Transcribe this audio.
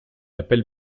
appelle